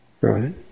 Right